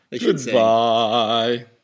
Goodbye